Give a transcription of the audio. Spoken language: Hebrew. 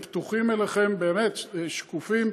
הם פתוחים אליכם, באמת, שקופים.